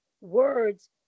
words